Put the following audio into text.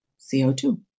CO2